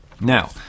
Now